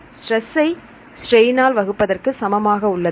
stress ஐ strain ஆல் வகுப்பதற்கு சமமாக உள்ளது